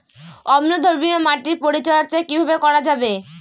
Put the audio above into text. অম্লধর্মীয় মাটির পরিচর্যা কিভাবে করা যাবে?